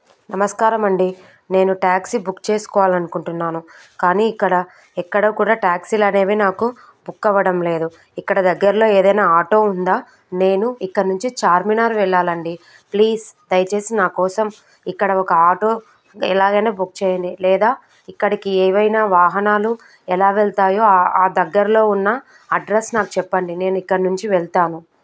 నమస్కారమండి నేను taxi book చేసుకోవాలనుకుంటున్నాను కానీ ఇక్కడ ఎక్కడ కూడా ట్యాక్సీలనేవి నాకు బుక్ అవడం లేదు ఇక్కడ దగ్గరలో ఏదైనా ఆటో ఉందా నేను ఇక్కడ్నుంచి ఛార్మినార్ వెళ్ళాలండి ప్లీజ్ దయచేసి నా కోసం ఇక్కడ ఒక ఆటో ఎలాగైనా బుక్ చేయండి లేదా ఇక్కడికి ఏవైనా వాహనాలు ఎలా వెళ్తాయో ఆ ఆ దగ్గరలో ఉన్న అడ్రస్ నాకు చెప్పండి నేను ఇక్కడ్నుంచి వెళ్తాను